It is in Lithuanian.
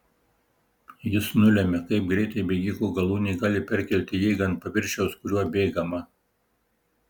jis nulemia kaip greitai bėgiko galūnė gali perkelti jėgą ant paviršiaus kuriuo bėgama